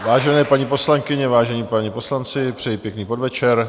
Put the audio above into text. Vážené paní poslankyně, vážení páni poslanci, přejí pěkný podvečer.